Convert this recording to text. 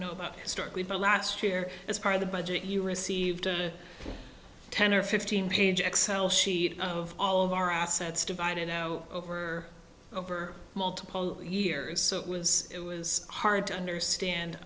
know about historically but last year as part of the budget you received a ten or fifteen page excel sheet of all of our assets divided know over over multiple years so it was it was hard to understand